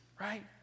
right